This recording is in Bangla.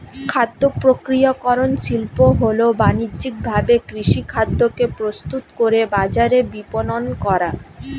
খাদ্যপ্রক্রিয়াকরণ শিল্প হল বানিজ্যিকভাবে কৃষিখাদ্যকে প্রস্তুত করে বাজারে বিপণন করা